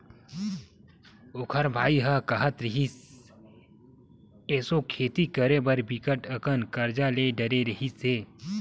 ओखर बाई ह काहत रिहिस, एसो खेती करे बर बिकट अकन करजा ले डरे रिहिस हे